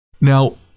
Now